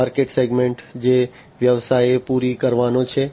market segment જે વ્યવસાયે પૂરી કરવાનો છે